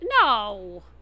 No